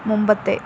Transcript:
മുമ്പത്തെ